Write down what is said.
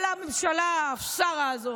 כל הממשלה הפסארה הזאת.